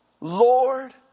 Lord